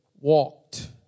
walked